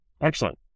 Excellent